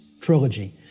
trilogy